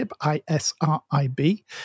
I-S-R-I-B